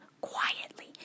quietly